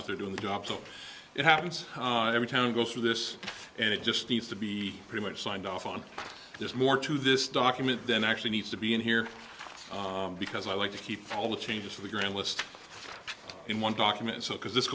out there doing the job so it happens every town goes through this and it just needs to be pretty much signed off on there's more to this document then actually needs to be in here because i like to keep all the changes to the ground list in one document so because